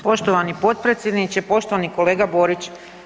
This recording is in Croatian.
Poštovani potpredsjedniče, poštovani kolega Borić.